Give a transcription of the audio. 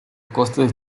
costas